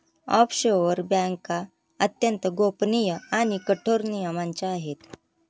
offshore बँका अत्यंत गोपनीय आणि कठोर नियमांच्या आहे